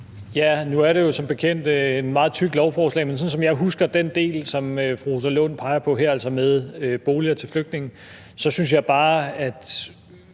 (S): Nu er det jo som bekendt et meget tykt lovforslag, men sådan som jeg husker den del, som fru Rosa Lund peger på her, altså med boliger til flygtninge, så synes jeg bare, at